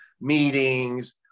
meetings